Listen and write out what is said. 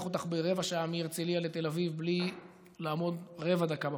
אותך היום ברבע שעה מהרצליה לתל אביב בלי לעמוד רבע דקה בפקק.